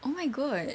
oh my god